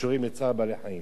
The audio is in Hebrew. הצעת חוק צער בעלי-חיים (הגנה על בעלי-חיים)